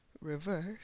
Reverse